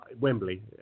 Wembley